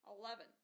Eleven